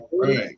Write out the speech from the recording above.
right